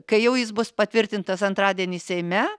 kai jau jis bus patvirtintas antradienį seime